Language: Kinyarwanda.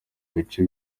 bice